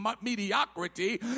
mediocrity